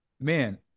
man